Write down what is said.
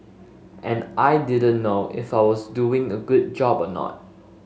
and I didn't know if I was doing a good job or not